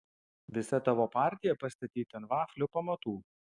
visa tavo partija pastatyta ant vaflio pamatų